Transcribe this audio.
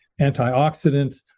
antioxidants